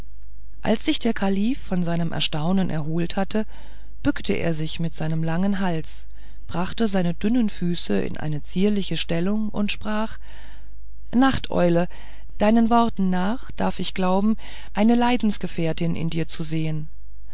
als sich der kalif von seinem erstaunen erholt hatte bückte er sich mit seinem langen hals brachte seine dünnen füße in eine zierliche stellung und sprach nachteule deinen worten nach darf ich glauben eine leidensgefährtin in dir zu sehen